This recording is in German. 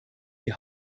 die